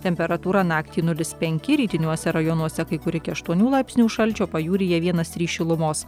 temperatūra naktį nulis penki rytiniuose rajonuose kai kur iki aštuonių laipsnių šalčio pajūryje vienas trys šilumos